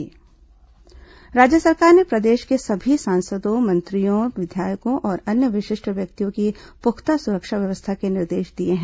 VIP सुरक्षा राज्य सरकार ने प्रदेश के सभी सांसदों मंत्रियों विधायकों और अन्य विशिष्ट व्यक्तियों की पुख्ता सुरक्षा व्यवस्था के निर्देश दिए हैं